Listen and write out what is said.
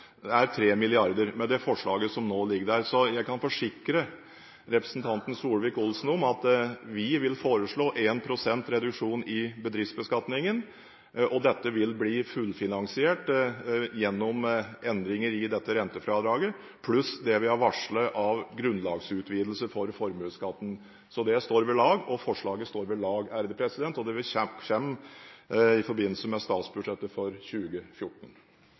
er på 3 mrd. kr, med det forslaget som nå ligger der. Så jeg kan forsikre representanten Solvik-Olsen om at vi vil foreslå 1 pst. reduksjon i bedriftsbeskatningen, og dette vil bli fullfinansiert gjennom endringer i dette rentefradraget pluss det vi har varslet av grunnlagsutvidelser i formuesskatten. Så dette forslaget står ved lag, og det kommer i forbindelse med statsbudsjettet for 2014.